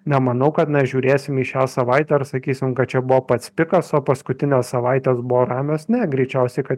nemanau kad na žiūrėsim į šią savaitę ar sakysim kad čia buvo pats pikas o paskutinės savaitės buvo ramios ne greičiausiai kad